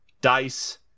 Dice